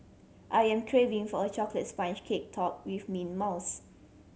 I am craving for a chocolate sponge cake topped with mint mousse